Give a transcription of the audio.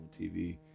TV